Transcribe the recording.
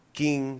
king